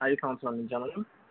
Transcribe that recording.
ఐదు సంవత్సరాలు నుంచా మేడం